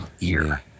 ear